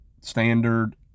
standard